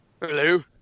Hello